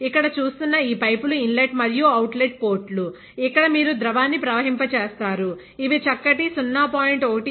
ఇక్కడ చూస్తున్న ఈ పైపులు ఇన్లెట్ మరియు అవుట్ లెట్ పోర్టులు ఇక్కడ మీరు ద్రవాన్ని ప్రవహింపచేస్తారుఇవి చక్కటి 0